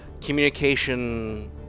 communication